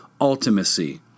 ultimacy